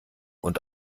und